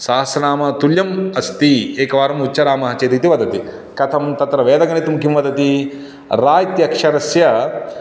सहस्रनामतुल्यम् अस्ति एकवारम् उच्चारयामः चेत् इति वदति कथं तत्र वेदगणितम् किं वदति रा इत्यक्षरस्य